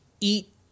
eat